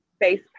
face